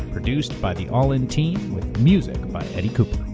produced by the all in team with music by eddie cooper